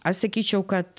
aš sakyčiau kad